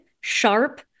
sharp